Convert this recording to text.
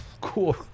Cool